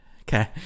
okay